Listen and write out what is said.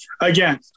again